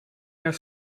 jaar